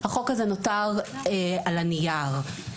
החוק הזה נותר על הנייר.